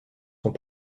sont